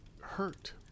hurt